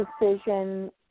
decision